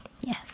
Yes